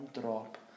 drop